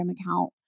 account